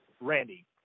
Randy